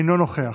אינו נוכח,